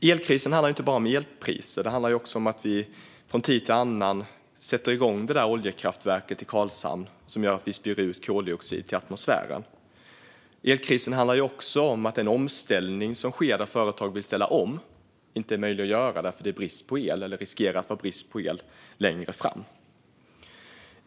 Elkrisen handlar inte bara om elpriser. Den handlar också om att vi från tid till annan sätter igång det där oljekraftverket i Karlshamn som gör att vi spyr ut koldioxid till atmosfären. Elkrisen handlar också om att omställningen - att företag vill ställa om - inte är möjlig att göra för att det är brist på el, eller riskerar att bli brist på el längre fram.